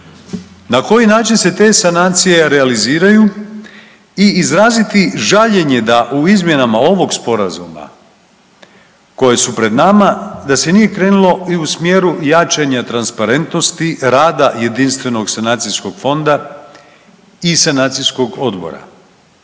na koji način se te sanacije realiziraju i izraziti žaljenje da u izmjenama ovog sporazuma koje su pred nama da se nije krenulo i u smjeru jačanja transparentnosti rada Jedinstvenog sanacijskog fonda i sanacijskog odbora.